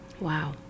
Wow